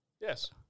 Yes